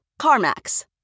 CarMax